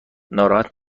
ناراحت